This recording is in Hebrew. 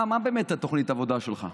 מה באמת תוכנית העבודה שלך?